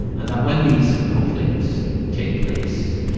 and that when these conflicts take place,